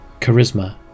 Charisma